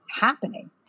happening